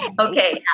Okay